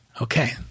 Okay